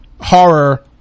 horror